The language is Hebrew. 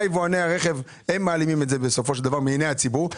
יבואני הרכב הם מעלימים את זה בסופו של דבר מעיני הציבור.